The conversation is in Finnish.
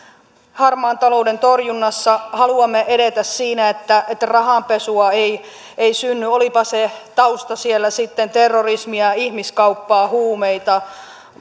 harmaan talouden torjunnassa ja haluamme edetä siinä että että rahanpesua ei ei synny olipa se tausta siellä sitten terrorismia ihmiskauppaa huumeita